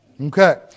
Okay